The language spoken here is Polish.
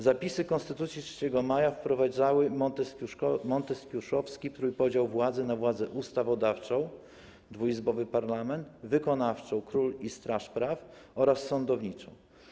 Zapisy Konstytucji 3 maja wprowadzały monteskiuszowski trójpodział władzy na władzę ustawodawczą: dwuizbowy parlament, wykonawczą: król i straż praw, oraz sądowniczą.